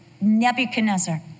Nebuchadnezzar